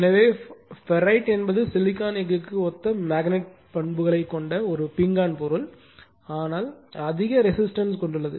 எனவே ஃபெரைட் என்பது சிலிக்கான் எஃகுக்கு ஒத்த மேக்னட் பண்புகளைக் கொண்ட ஒரு பீங்கான் பொருள் ஆனால் அதிக ரெசிஸ்டன்ஸ் கொண்டுள்ளது